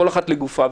כל אחת לגופה,